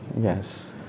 yes